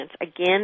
again